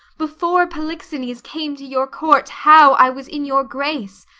before polixenes came to your court, how i was in your grace,